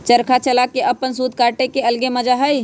चरखा चला के अपन सूत काटे के अलगे मजा हई